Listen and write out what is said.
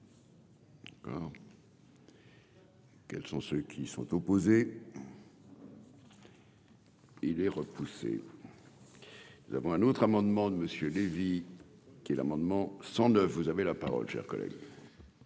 pour. Quels sont ceux qui y sont opposés. Il est repoussé, nous avons un autre amendement de monsieur Lévy qui l'amendement 109 vous avez la parole cher collègue.